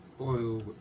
oil